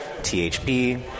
thp